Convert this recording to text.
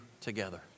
together